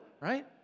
right